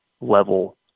level